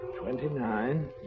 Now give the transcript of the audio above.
Twenty-nine